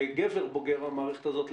כגבר בוגר במערכת הזאת,